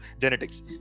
genetics